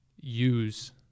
use